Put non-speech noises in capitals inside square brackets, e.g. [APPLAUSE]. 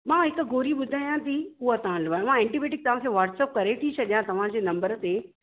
मां हिकु गोरी ॿुधायां थी उहा तव्हांखे [UNINTELLIGIBLE] एंटीबायोटिक तव्हांखे वॉट्सअप करे थी छॾियां तव्हांजे नंबर ते